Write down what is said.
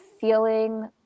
feeling